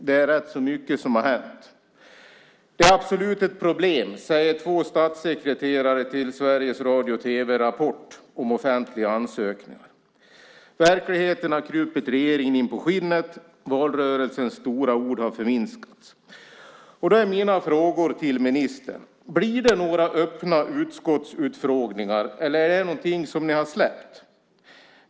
Det är rätt så mycket som har hänt. Det är absolut ett problem, säger två statssekreterare till Sveriges Televisions Rapport om offentliga ansökningar. Verkligheten har krupit regeringen inpå skinnet. Valrörelsens stora ord har förminskats. Då är mina frågor till ministern: Blir det några öppna utskottsutfrågningar, eller är det något som ni har släppt?